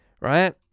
right